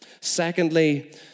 Secondly